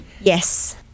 Yes